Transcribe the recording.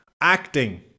Acting